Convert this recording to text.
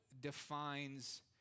defines